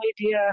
idea